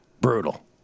Brutal